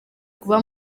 kuba